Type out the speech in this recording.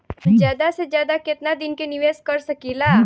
हम ज्यदा से ज्यदा केतना दिन के निवेश कर सकिला?